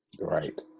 Right